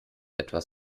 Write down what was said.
etwas